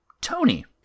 Tony